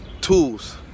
tools